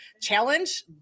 challenge